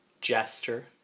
Jester